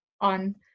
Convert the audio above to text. on